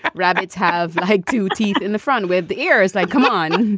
rabbits have like two teeth in the front with ears like, come on.